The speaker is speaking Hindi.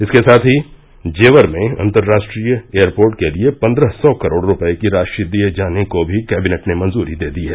इसके साथ ही जेवर में अतंराष्ट्रीय एयरपोर्ट के लिये पन्द्रह सौ करोड़ रूपये की राशि दिये जाने को भी कैंबिनेट ने मंजूरी दे दी है